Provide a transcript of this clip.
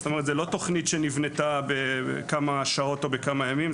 זאת אומרת זו לא תוכנית שנבנתה בכמה שעות או בכמה ימים,